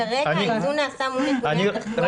כרגע הנתון נעשה מול --- רגע,